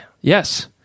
Yes